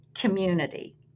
community